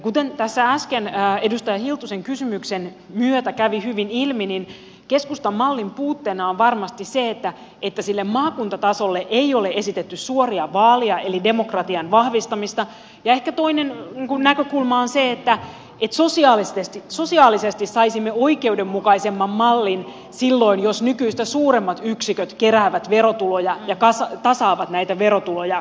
kuten tässä äsken edustaja hiltusen kysymyksen myötä kävi hyvin ilmi keskustan mallin puutteena on varmasti se että sille maakuntatasolle ei ole esitetty suoria vaaleja eli demokratian vahvistamista ja ehkä toinen näkökulma on se että sosiaalisesti saisimme oikeudenmukaisemman mallin silloin jos nykyistä suuremmat yksiköt keräävät verotuloja ja tasaavat näitä verotuloja keskenään